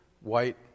white